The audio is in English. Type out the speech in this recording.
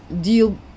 deal